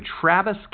Travis